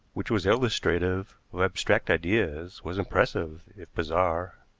which was illustrative of abstract ideas, was impressive, if bizarre.